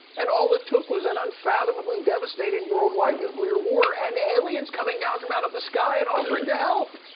and all it took was an unfathomably devastating worldwide nuclear war, and aliens coming down from out of the sky and offering to help!